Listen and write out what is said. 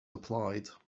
applied